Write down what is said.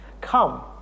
Come